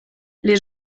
les